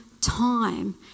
time